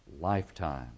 lifetime